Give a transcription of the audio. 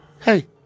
hey